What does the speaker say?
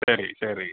சரி சரி